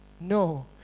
No